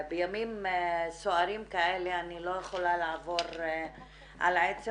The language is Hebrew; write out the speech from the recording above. בימים סוערים כאלה אני לא יכולה לעבור על עצם